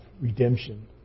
redemption